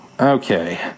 Okay